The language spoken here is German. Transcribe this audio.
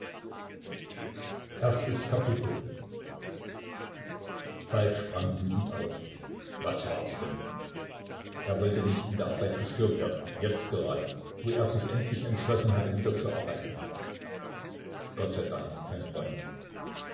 falk sprang wütend auf was war es denn er wollte nicht in der arbeit gestört werden jetzt grade wo er sich endlich entschlossen hatte wieder zu arbeiten gott sei dank kein freund